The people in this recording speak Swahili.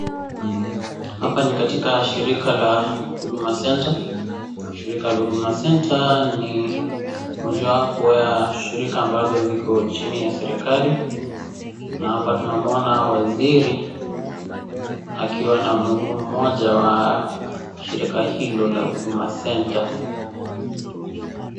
Hapa ni katika shirika la Huduma Center. Shirika la Huduma Center ni mojawapo wa shirika ambazo ziko chini ya serikari. Na hapa tunamuona waziri, akiwa na mhudumu mmoja wa shirika hilo la Huduma Center.